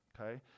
okay